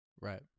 Right